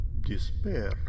despair